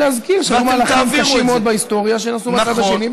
אז ראוי להזכיר שהיו מהלכים קשים מאוד בהיסטוריה שנעשו מהצד השני,